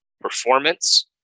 performance